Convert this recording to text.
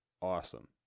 awesome